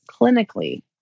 clinically